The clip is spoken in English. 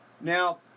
Now